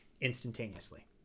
Instantaneously